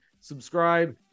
subscribe